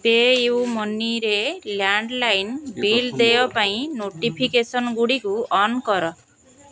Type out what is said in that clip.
ପେୟୁମନିରେ landline bill ଦେୟ ପାଇଁ ନୋଟିଫିକେସନ୍ଗୁଡ଼ିକୁ ଅନ୍ କର